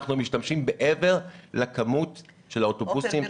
אנחנו משתמשים מעבר לכמות של האוטובוסים